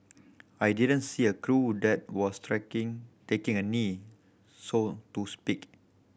I didn't see a crew that was taking a knee so to speak